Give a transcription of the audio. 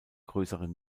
größere